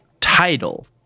title